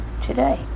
today